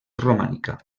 romànica